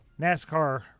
NASCAR